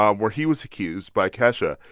um where he was accused by ke ah but